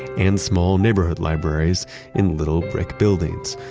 and small neighborhood libraries in little brick buildings.